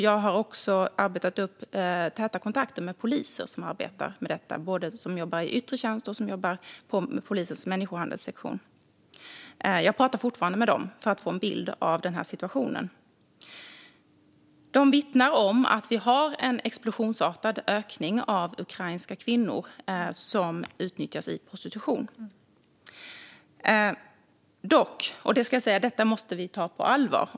Jag har också arbetat upp täta kontakter med poliser som arbetar med detta både i yttre tjänst och på polisens människohandelssektion. Jag pratar fortfarande med dem för att få en bild av den här situationen. De vittnar om att det är en explosionsartad ökning av ukrainska kvinnor som utnyttjas i prostitution. Detta måste vi ta på allvar.